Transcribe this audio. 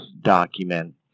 document